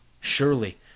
Surely